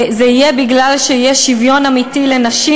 זה יהיה בגלל שיהיה שוויון אמיתי לנשים,